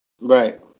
Right